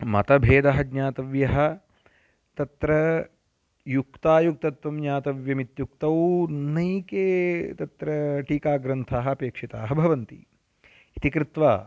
मतभेदः ज्ञातव्यः तत्र युक्तायुक्तत्वं ज्ञातव्यमित्युक्तौ अनेके तत्र टीकाग्रन्थाः अपेक्षिताः भवन्ति इति कृत्वा